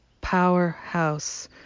powerhouse